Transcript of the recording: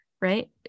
right